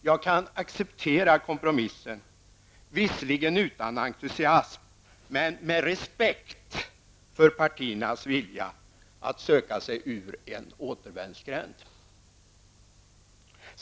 Jag kan acceptera kompromissen -- visserligen utan entusiasm, men med respekt för partiernas vilja att söka sig ur en återvändsgränd.